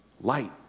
light